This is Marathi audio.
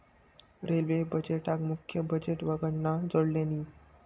रेल्वे बजेटका मुख्य बजेट वंगडान जोडल्यानी